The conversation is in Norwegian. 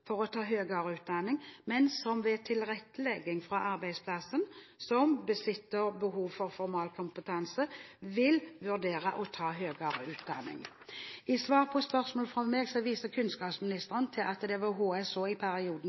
for å ta høyere utdanning, men som ved tilrettelegging fra arbeidsplassen som besitter behovet for formalkompetanse, vil vurdere å ta høyere utdanning. I svar på spørsmål fra meg viser kunnskapsministeren til at det ved HSH i perioden